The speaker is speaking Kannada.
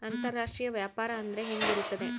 ಅಂತರಾಷ್ಟ್ರೇಯ ವ್ಯಾಪಾರ ಅಂದರೆ ಹೆಂಗೆ ಇರುತ್ತದೆ?